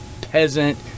peasant